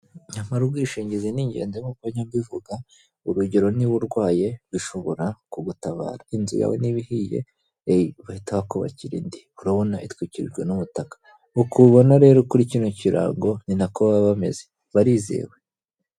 Nyamara ubwishingizi ni ingenzi nkuko njya mbivuga; urugero, niba urwaye bishobora kugutabara, inzu yawe niba ihiye bahita bakubakira indi; urabona itwikirijwe n'umutaka, uku ubibona rero kuri kino kirango ni nako baba bameze, barizewe!